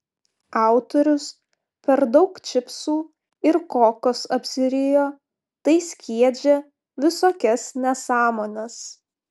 autorius per daug čipsų ir kokos apsirijo tai skiedžia visokias nesąmones